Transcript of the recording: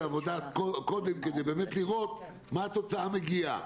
עבודה קודם כדי באמת לראות מה התוצאה מגיעה.